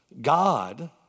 God